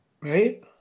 Right